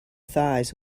thighs